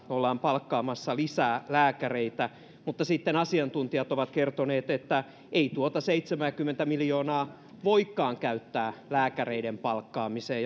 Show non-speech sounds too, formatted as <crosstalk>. ollaan palkkaamassa lisää lääkäreitä terveyskeskusohjelman kautta seitsemälläkymmenellä miljoonalla mutta sitten asiantuntijat ovat kertoneet että ei tuota seitsemänkymmentä miljoonaa voikaan käyttää lääkäreiden palkkaamiseen <unintelligible>